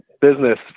business